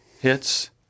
hits